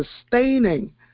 sustaining